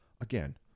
Again